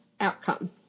outcome